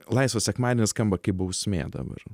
laisvas sekmadienis skamba kaip bausmė dabar